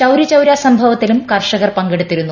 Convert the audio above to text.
ചൌരി ചൌരാ സംഭവത്തിലും കർഷകർ പങ്കെടുത്തിരുന്നു